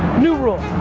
new rule,